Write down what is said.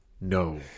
No